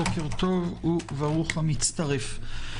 בוקר טוב וברוך המצטרף.